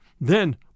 Then